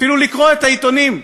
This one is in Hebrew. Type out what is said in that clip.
אפילו לקרוא את העיתונים,